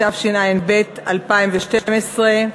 התשע"ב 2012,